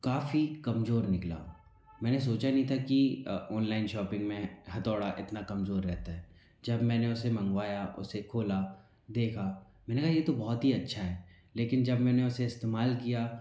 काफ़ी कमजोर निकला मैंने सोचा नहीं था कि ऑनलाइन शॉपिंग में हथौड़ा इतना कमजोर रहता है जब मैंने उसे मंगवाया उसे खोला देखा मैंने कहा ये तो बहुत ही अच्छा है लेकिन जब मैंने उसे इस्तेमाल किया